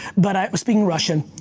but i was speaking russian.